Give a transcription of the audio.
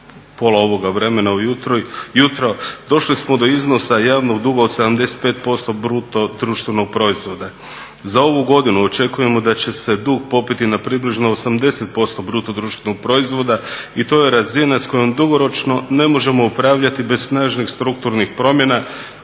pola ovoga vremena ujutro, došli smo do iznosa javnog duga od 75% BDP-a. Za ovu godinu očekujemo da će se dug popeti na približno 80% BDP-a i to je razina s kojom dugoročno ne možemo upravljati bez snažnih strukturnih promjena,